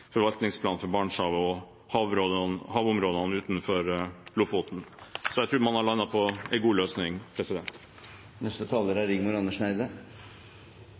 forvaltningsplanen for Barentshavet og havområdene utenfor Lofoten. Jeg tror vi har landet på en god løsning.